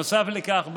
נוסף לכך,